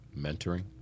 mentoring